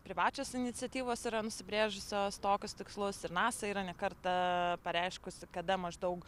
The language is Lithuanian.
privačios iniciatyvos yra nusibrėžusios tokius tikslus ir nasa yra ne kartą pareiškusi kada maždaug